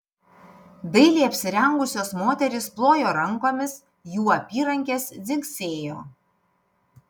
dailiai apsirengusios moterys plojo rankomis jų apyrankės dzingsėjo